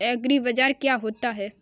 एग्रीबाजार क्या होता है?